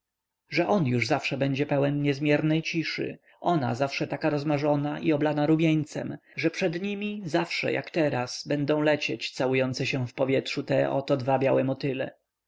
że on już zawsze będzie pełen niezmiernej ciszy ona zawsze tak rozmarzona i oblana rumieńcem że przed nimi zawsze jak teraz będą lecieć całujące się w powietrzu te oto dwa białe motyle